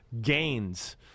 gains